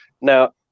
now